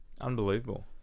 Unbelievable